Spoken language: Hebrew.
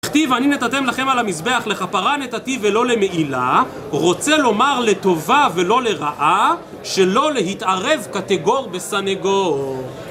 כתיב: "ואני נתתיו לכם על המזבח", לכפרה נתתי ולא למעילה, רוצה לומר לטובה ולא לרעה, שלא להתערב קטגור בסנגור